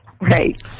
right